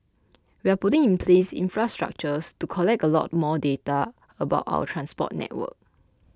we're putting in place infrastructures to collect a lot more data about our transport network